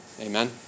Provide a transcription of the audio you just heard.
Amen